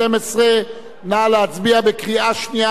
נא להצביע בקריאה שנייה מקשה אחת.